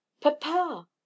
papa